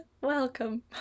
Welcome